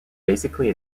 basically